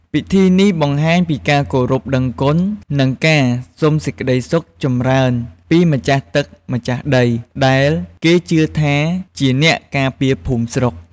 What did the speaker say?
ពិធីនេះបង្ហាញពីការគោរពដឹងគុណ និងការសុំសេចក្តីសុខចម្រើនពីម្ចាស់ទឹកម្ចាស់ដី ដែលគេជឿថាជាអ្នកការពារភូមិស្រុក។